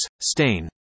stain